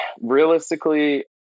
Realistically